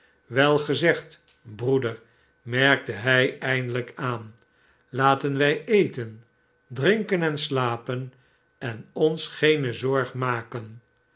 wei gezegd broeder merkte hij eindelijk aan laten wij eten drinken en slapen en ons geene zorg maken